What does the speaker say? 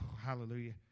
hallelujah